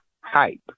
hype